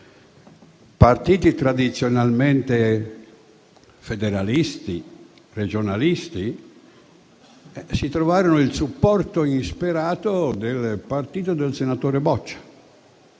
partiti tradizionalmente federalisti e regionalisti trovarono il supporto insperato del partito del senatore Boccia.